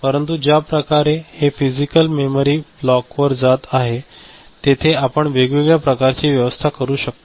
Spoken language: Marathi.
परंतु ज्या प्रकारे हे फिजिकल मेमरी ब्लॉकवर जात आहे तेथे आपण वेगवेगळ्या प्रकारची व्यवस्था करू शकतो